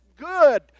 good